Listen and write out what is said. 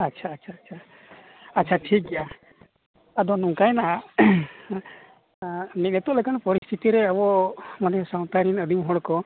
ᱟᱪᱪᱷᱟ ᱟᱪᱪᱷᱟ ᱟᱪᱪᱷᱟ ᱟᱪᱪᱷᱟ ᱴᱷᱤᱠ ᱜᱮᱭᱟ ᱟᱫᱚ ᱱᱚᱝᱠᱟᱭᱱᱟ ᱱᱤᱛᱚᱜ ᱞᱮᱠᱟᱱ ᱯᱚᱨᱤᱥᱛᱷᱤᱛᱤᱨᱮ ᱟᱵᱚ ᱢᱟᱱᱮ ᱥᱟᱶᱛᱟᱨᱮᱱ ᱟᱹᱫᱤᱢ ᱦᱚᱲ ᱠᱚ